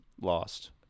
lost